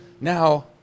now